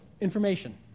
information